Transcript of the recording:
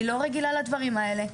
היא לא רגילה לדברים האלה,